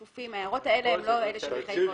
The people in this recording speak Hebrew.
וההערות האלה הן לא אלה שמחייבות היום.